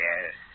Yes